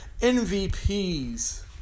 MVPs